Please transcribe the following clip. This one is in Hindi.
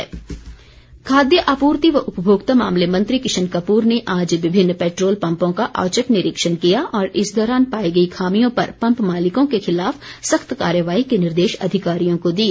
किशन कपूर खाद्य आपूर्ति व उपमोक्ता मामले मंत्री किशन कपूर ने आज विभिन्न पैट्रोल पम्पों का औचक निरीक्षण किया और इस दौरान पाई गई खामियों पर पम्प मालिकों के खिलाफ सख्त कार्रवाई के निर्देश अधिकारियों को दिए